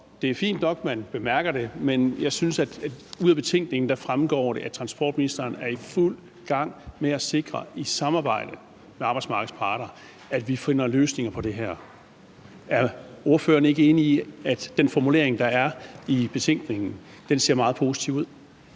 det er fint nok, at man bemærker det, men jeg synes, at det i betænkningen fremgår, at transportministeren er i fuld gang i samarbejde med arbejdsmarkedets parter med at sikre, at vi finder løsninger på det her. Er ordføreren ikke enig i, at den formulering, der er i betænkningen, ser meget positiv ud?